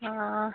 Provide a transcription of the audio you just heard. हां